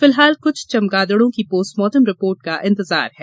फिलहाल कुछ चमगादड़ों की पोस्टमार्टम रिपोर्ट का इंतजार है